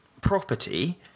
property